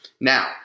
Now